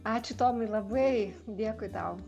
ačiū tomai labai dėkui tau